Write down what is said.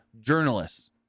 journalists